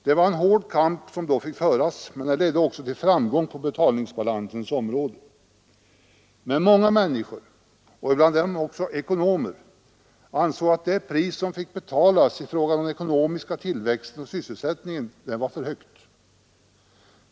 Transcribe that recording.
Det var en hård kamp som fick föras, men den ledde också till framgång på betalningsbalansens område. Många människor och bland dem också många ekonomer ansåg emellertid att det pris som fick betalas i fråga om den ekonomiska tillväxten och sysselsättningen var mycket högt.